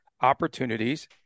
opportunities